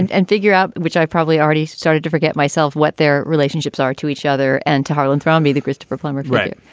and and figure out which i've probably already started to forget myself, what their relationships are to each other and to harlan around me. christopher plummer. right.